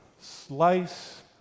Slice